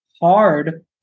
hard